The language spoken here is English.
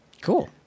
cool